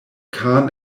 khan